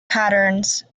patterns